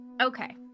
Okay